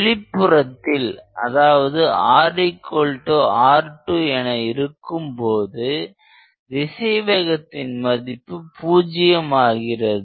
வெளிப்புறத்தில் அதாவது RR2 என இருக்கும்போது திசைவேகத்தின் மதிப்பு பூஜ்ஜியம் ஆகிறது